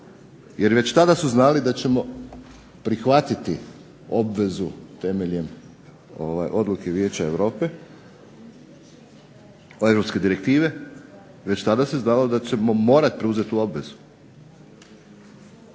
jer već tada su znali da ćemo prihvatiti obvezu temeljem odluke Vijeća Europe, pa europske direktive, već tada se znalo da ćemo morati preuzeti tu obvezu.